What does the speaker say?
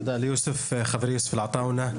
תודה לחברי יוסף עטאונה,